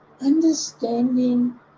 understanding